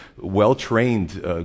well-trained